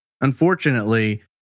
Unfortunately